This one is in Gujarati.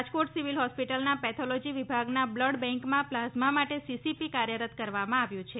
રાજકોટ સિવિલ હોસ્પિટલના પેથોલોજી વિભાગમાં બ્લડ બેન્કમાં પ્લાઝમા માટે સીસીપી કાર્યરત કરવામાં આવ્યું છે